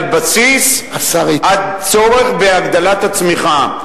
על בסיס הצורך בהגדלת הצמיחה.